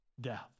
death